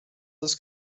this